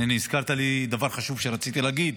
הינה, הזכרת לי דבר חשוב שרציתי להגיד.